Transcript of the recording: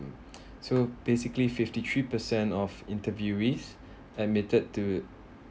so basically fifty-three percent of interviewees admitted to